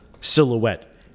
silhouette